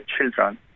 children